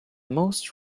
most